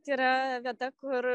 tai yra vieta kur